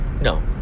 No